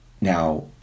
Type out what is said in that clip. now